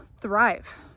thrive